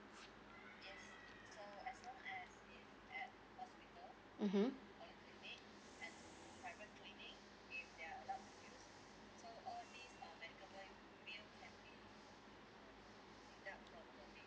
mmhmm